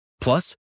Plus